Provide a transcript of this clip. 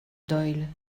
doyle